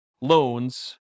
loans